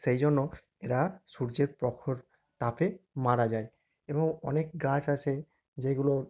সেই জন্য এরা সূর্যের প্রখর তাপে মারা যায় এবং অনেক গাছ আছে যেগুলো